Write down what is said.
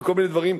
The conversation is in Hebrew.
וכל מיני דברים,